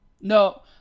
No